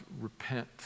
repent